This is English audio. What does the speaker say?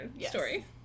story